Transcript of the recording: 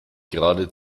gerade